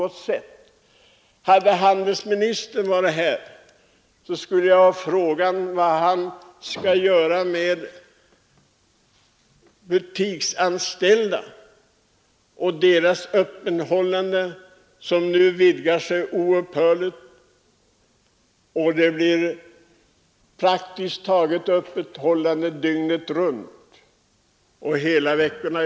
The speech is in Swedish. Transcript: Om handelsministern varit här skulle jag ha frågat honom vad han skall göra med de butiksanställda och öppethållandet, som nu vidgas oupphörligt — det blir öppethållande praktiskt taget dygnet runt hela veckan.